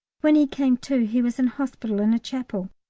when he came to he was in hospital in a chapel,